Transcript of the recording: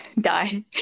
die